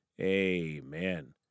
amen